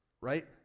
right